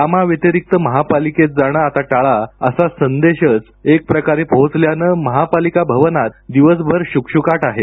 कामाशिवाय महापालिकेत जाणे आता टाळा असा संदेशच एकप्रकारे पोहोचल्याने महापालिका भवनात दिवसभर शुकशुकाट आहे